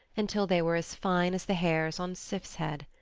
until they were as fine as the hairs on sif's head.